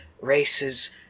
races